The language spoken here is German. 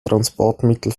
transportmittel